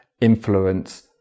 influence